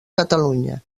catalunya